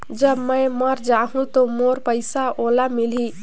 जब मै मर जाहूं तो मोर पइसा ओला मिली?